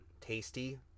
Tasty